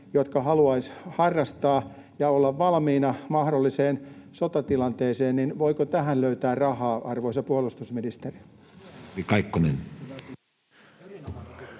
jotka haluaisivat harrastaa ja olla valmiina mahdolliseen sotatilanteeseen, niin voiko tähän löytää rahaa, arvoisa puolustusministeri?